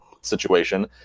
situation